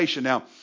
Now